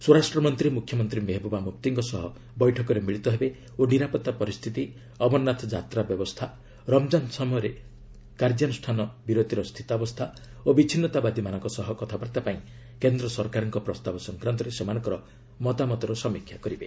ସ୍ୱରାଷ୍ଟ୍ରମନ୍ତ୍ରୀ ମୁଖ୍ୟମନ୍ତ୍ରୀ ମେହବୁବା ମୁଫ୍ତିଙ୍କ ସହ ବୈଠକରେ ମିଳିତ ହେବେ ଓ ନିରାପତ୍ତା ପରିସ୍ଥିତି ଅମରନାଥ ଯାତ୍ରା ବ୍ୟବସ୍ଥା ରମ୍ଜାନ ସମୟରେ କାର୍ଯ୍ୟାବସ୍ଥା ବିରତିର ସ୍ଥିତାବସ୍ଥା ଓ ବିଚ୍ଛିନ୍ନତାବାଦୀମାନଙ୍କ ସହ କଥାବାର୍ତ୍ତା ପାଇଁ କେନ୍ଦ୍ର ସରକାରଙ୍କ ପ୍ରସ୍ତାବ ସଂକ୍ରାନ୍ତରେ ସେମାନଙ୍କର ମତାମତର ସମୀକ୍ଷା କରିବେ